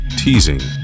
teasing